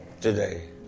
today